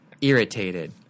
Irritated